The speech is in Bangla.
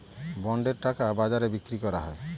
বন্ডের টাকা বাজারে বিক্রি করা হয়